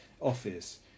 office